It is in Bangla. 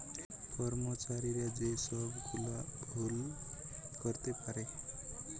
কর্মচারীরা যে সব গুলা ভুল করতে পারে